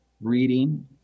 reading